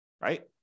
right